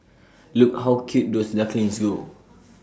look how cute those ducklings go